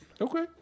Okay